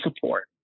support